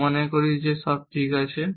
আমি মনে করি যে সব ঠিক আছে